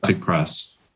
press